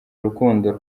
urukundo